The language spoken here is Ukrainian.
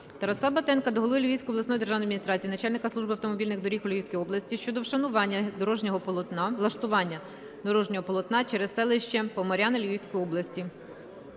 Тараса Батенка до голови Львівської обласної державної адміністрації, начальника Служби автомобільних доріг у Львівській області щодо влаштування дорожнього полотна через селище Поморяни Львівської області.